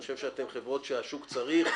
אני חושב שאתן חברות שהשוק צריך,